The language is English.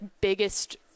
biggest